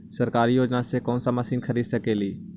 सरकारी योजना से कोन सा मशीन खरीद सकेली?